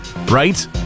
Right